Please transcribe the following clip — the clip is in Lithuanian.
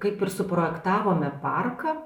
kaip ir suprojektavome parką